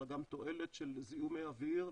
אלא גם תועלת של זיהומי אוויר.